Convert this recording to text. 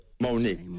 Monique